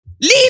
Leave